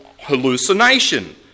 hallucination